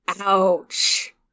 Ouch